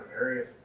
areas